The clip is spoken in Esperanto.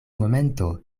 momento